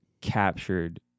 captured